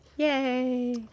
Yay